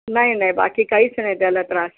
नाही नाही बाकी काहीच नाही त्याला त्रास